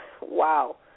Wow